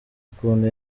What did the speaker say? ukuntu